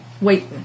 Wait